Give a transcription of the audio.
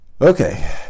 Okay